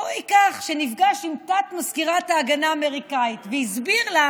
שנפגש עם תת-מזכיר שר ההגנה האמריקאי והסביר לה,